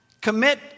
Commit